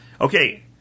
okay